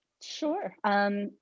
Sure